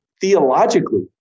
Theologically